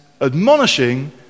admonishing